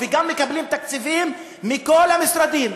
וגם מקבלים תקציבים מכל המשרדים.